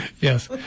Yes